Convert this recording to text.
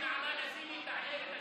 אני מבקש שנעמה לזימי תעלה ותציג.